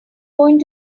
going